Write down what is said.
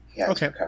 Okay